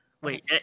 Wait